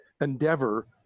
endeavor